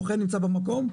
בוחן נמצא במקום,